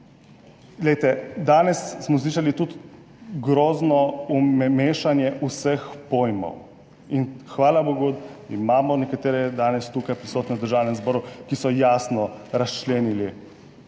Danes smo slišali tudi grozno mešanje vseh pojmov in hvala bogu imamo nekatere danes tukaj prisotne v Državnem zboru, ki so jasno razčlenili,